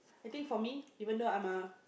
I think for me even though I'm a